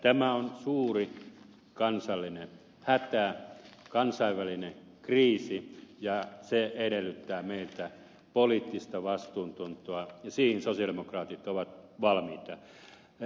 tämä on suuri kansallinen hätä kansainvälinen kriisi ja se edellyttää meiltä poliittista vastuuntuntoa ja siihen sosialidemokraatit ovat valmiita